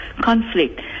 conflict